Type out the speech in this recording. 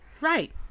right